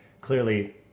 clearly